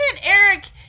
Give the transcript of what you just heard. Eric